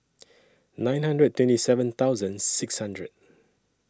nine hundred and twenty seven thousand six hundred